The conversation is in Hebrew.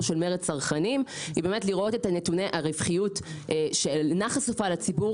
של מרד צרכנים היא באמת לראות את נתוני הרווחיות שאינה חשופה לציבור,